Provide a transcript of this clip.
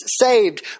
saved